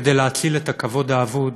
כדי להציל את הכבוד האבוד,